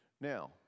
Now